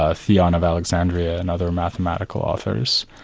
ah theon of alexandria, and other mathematical authors.